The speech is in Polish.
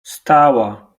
stała